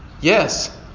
Yes